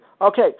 Okay